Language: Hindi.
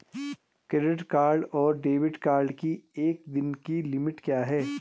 क्रेडिट कार्ड और डेबिट कार्ड की एक दिन की लिमिट क्या है?